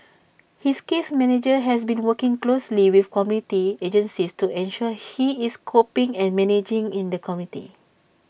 his case manager has been working closely with community agencies to ensure he is coping and managing in the community